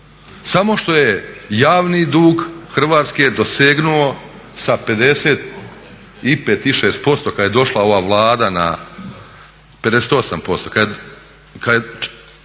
samo što je javni dug Hrvatske dosegnu sa 55, 56% kad je došla ova Vlada, 58%